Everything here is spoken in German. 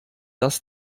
das